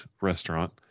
restaurant